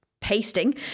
pasting